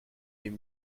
deux